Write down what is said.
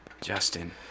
justin